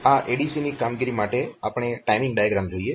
આ ADC ની કામગીરી માટે આપણે ટાઈમીંગ ડાયાગ્રામ જોઇએ